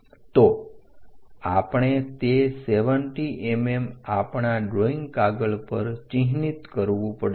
તો આપણે તે 70 mm આપણા ડ્રોઈંગ કાગળ પર ચિહ્નિત કરવું પડશે